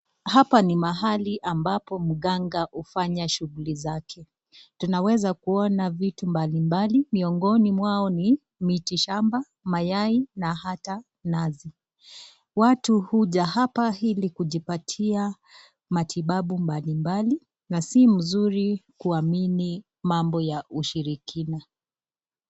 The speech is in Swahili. Hapa ni mahali ambapo mganga hufanya shughuli zake, tunaweza kuona vitu mbali mbali miongoni mwao ni miti shamba , mayai na hata nazi, watu huja hapa ili kujipatia matibabu mbali mbali na si mzuri kuamini mambo ya ushirikina.